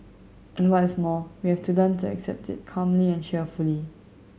and what is more we have to learn to accept it calmly and cheerfully